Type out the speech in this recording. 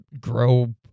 grow